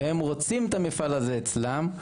והם רוצים את המפעל הזה אצלם.